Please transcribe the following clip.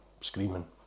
screaming